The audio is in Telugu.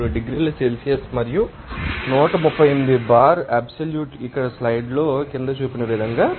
33 డిగ్రీల సెల్సియస్ మరియు 138 బార్ అబ్సల్యూట్ ఇక్కడ స్లైడ్లో క్రింద చూపిన విధంగా